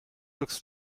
looks